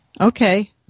Okay